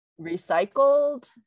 recycled